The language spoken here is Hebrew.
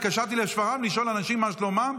התקשרתי לשפרעם לשאול אנשים מה שלומם.